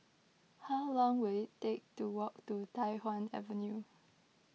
how long will it take to walk to Tai Hwan Avenue